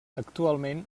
actualment